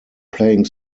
playing